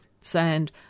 sand